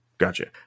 Gotcha